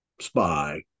spy